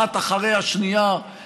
אחת אחרי השנייה,